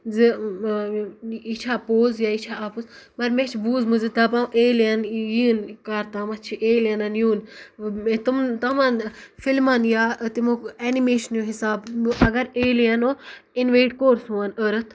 زِ یہِ چھا پوٚز یا یہِ چھا اَپُز پر مےٚ چھُ بوٗزمُت زِ دَپان ایلِیَن یِن کَرتامَتھ چھُ ایلیَنَن یُن تِم تِمَن فِلمَن یا تِمو ایٚنِمیشِنیٚو حِساب اگر ایلِیَنُو اِنویڈ کوٚر سون أرتھ